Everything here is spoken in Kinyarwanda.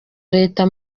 leta